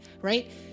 right